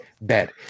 bad